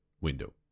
window